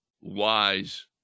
wise